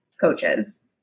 coaches